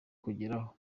kugeraho